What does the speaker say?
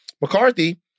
McCarthy